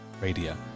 Radio